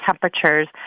temperatures